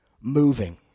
moving